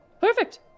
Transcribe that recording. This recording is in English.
Perfect